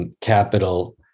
capital